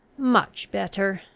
much better,